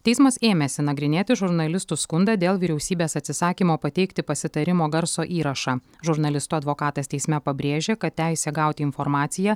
teismas ėmėsi nagrinėti žurnalistų skundą dėl vyriausybės atsisakymo pateikti pasitarimo garso įrašą žurnalistų advokatas teisme pabrėžė kad teisė gauti informaciją